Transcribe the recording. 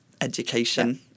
education